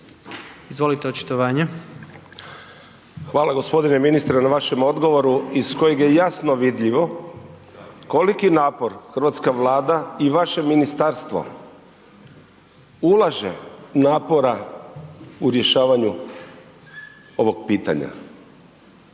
Ante (HDZ)** Hvala g. ministre na vašem odgovoru, iz kojeg je jasno vidljivo koliki napor hrvatska Vlada i vaše ministarstvo ulaže napora u rješavanju ovog pitanja,